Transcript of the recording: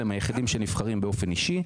הם היחידים שנבחרים באופן אישי,